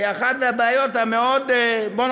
כי אחת מהבעיות המאוד-מבניות,